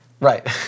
Right